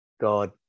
God